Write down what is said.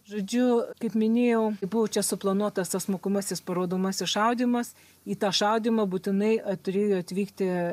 žodžiu kaip minėjau buvo čia suplanuotas tas mokomasis parodomasis šaudymas į tą šaudymą būtinai turėjo atvykti